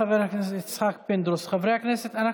כחבר דירקטוריון של הקרן למורשת הכותל לפני כ-20 שנה,